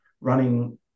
running